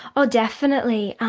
oh definitely.